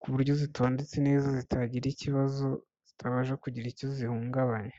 ku buryo zitondetse neza zitagira ikibazo, zitabasha kugira icyo zihungabanya.